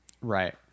Right